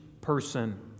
person